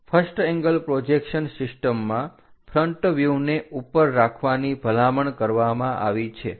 first angle projection સિસ્ટમમાં front વ્યુહને ઉપર રાખવાની ભલામણ કરવામાં આવી છે